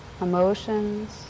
emotions